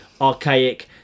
archaic